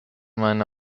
meine